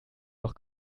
doch